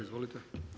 Izvolite.